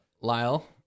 Lyle